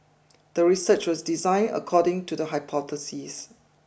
the research was designed according to the hypothesis